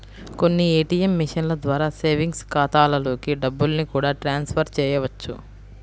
కొన్ని ఏ.టీ.యం మిషన్ల ద్వారా సేవింగ్స్ ఖాతాలలోకి డబ్బుల్ని కూడా ట్రాన్స్ ఫర్ చేయవచ్చు